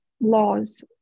laws